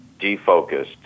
defocused